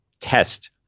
test